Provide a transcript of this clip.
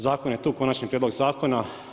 Zakon je tu, konačni prijedlog zakona.